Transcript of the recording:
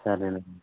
సరే అండి